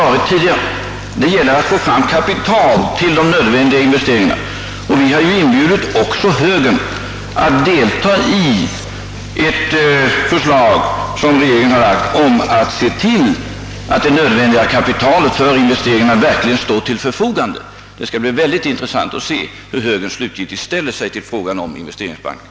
Det gäller emellertid att få fram kapital till de nödvändiga investeringarna, och regeringen har inbjudit också högern att samlas kring ett förslag som regeringen framlagt i sådant syfte. Det skall bli verkligt intressant att se hur högern slutgiltigt ställer sig till frågan om investeringsbanken.